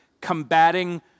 combating